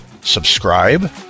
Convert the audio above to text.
subscribe